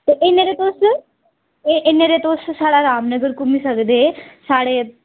ते इन्ने'र एह् तुस इन्ने'र तुस साढ़ा रामनगर घूमी सकदे साढ़े